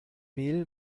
mehl